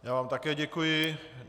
Já vám také děkuji.